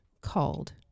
called